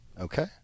Okay